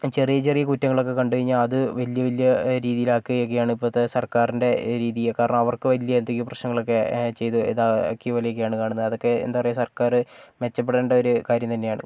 ചെറിയ ചെറിയ കുറ്റങ്ങളൊക്കെ കണ്ടുകഴിഞ്ഞാൽ അത് വലിയ വലിയ രീതിയിൽ ആക്കുകയൊക്കെയാണ് ഇപ്പോഴത്തെ സർക്കാരിൻ്റെ രീതി കാരണം അവർക്ക് വലിയ എന്തൊക്കെയോ പ്രശ്നങ്ങളൊക്കെ ചെയ്ത് ഇത് ആക്കിയ പോലെയൊക്കെയാണ് കാണുന്നത് അതൊക്കെ എന്താണ് പറയുക സർക്കാർ മെച്ചപ്പെടേണ്ട ഒരു കാര്യം തന്നെയാണ്